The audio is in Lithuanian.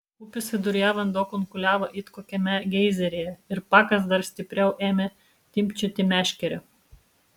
upės viduryje vanduo kunkuliavo it kokiame geizeryje ir pakas dar stipriau ėmė timpčioti meškerę